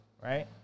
right